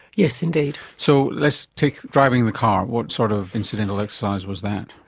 yes indeed. so let's take driving the car. what sort of incidental exercise was that?